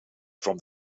from